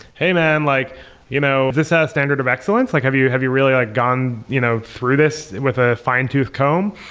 hey, man. like you know this has standard of excellence. like have you have you really ah gone you know through this with a fine-tooth comb?